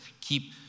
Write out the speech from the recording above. keep